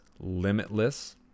Limitless